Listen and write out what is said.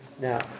Now